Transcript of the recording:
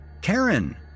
Karen